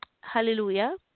Hallelujah